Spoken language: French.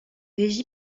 régi